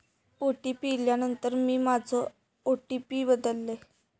OTP इल्यानंतर मी माझो ओ.टी.पी बदललय